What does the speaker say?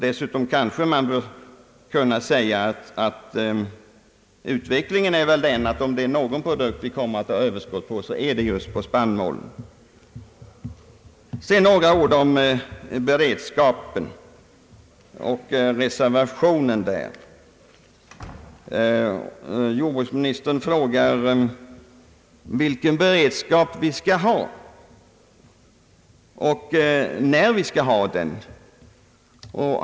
Produktionsutvecklingen är också sådan att om vi kommer att få överskott på någon produkt är det just på spannmål. Jag vill sedan säga några ord om beredskapen och reservationen på den punkten, Jordbruksministern frågar vilken beredskap vi skall ha och när vi skall ha den.